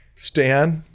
stan.